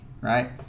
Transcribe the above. right